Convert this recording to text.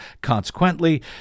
Consequently